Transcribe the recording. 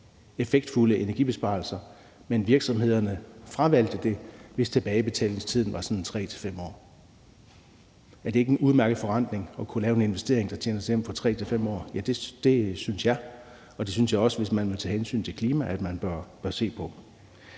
effektfulde energibesparelser, men at virksomhederne fravalgte det, hvis tilbagebetalingstiden var sådan 3-5 år. Men er det ikke en udmærket forrentning, hvis man kan lave en investering, der tjener sig hjem på 3-5 år? Det synes jeg, og det synes jeg også, at man, hvis man vil tage hensyn til klimaet, bør se på.